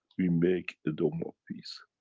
we make the dome of peace.